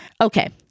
Okay